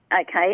Okay